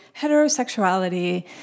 heterosexuality